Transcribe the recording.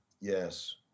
Yes